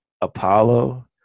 Apollo